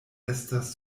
estas